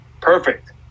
Perfect